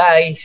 Bye